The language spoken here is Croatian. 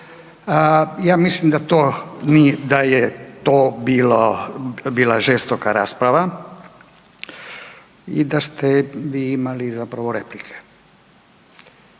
Ja mislim da je to bila žestoka rasprava i da ste vi imali zapravo replike,